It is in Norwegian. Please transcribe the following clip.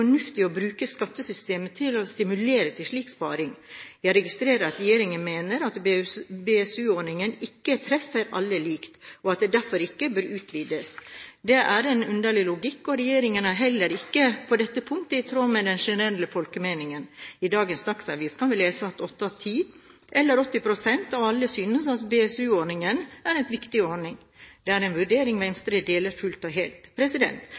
å bruke skattesystemet for å stimulere til slik sparing. Jeg registrerer at regjeringen mener at BSU-ordningen ikke treffer alle likt, og at den derfor ikke bør utvides. Det er en underlig logikk. Regjeringens mening er heller ikke på dette punkt i tråd med den generelle folkemeningen. I dagens Dagsavisen kan vi lese at åtte av ti, eller 80 pst. av alle, synes at BSU-ordningen er en viktig ordning. Det er en vurdering Venstre deler fullt og helt.